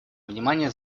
внимание